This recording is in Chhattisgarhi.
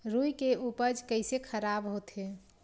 रुई के उपज कइसे खराब होथे?